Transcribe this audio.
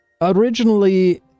originally